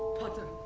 potter.